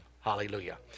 Hallelujah